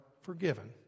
forgiven